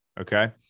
Okay